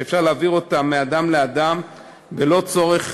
שאפשר להעביר אותן מאדם לאדם ללא צורך